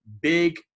big